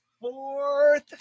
fourth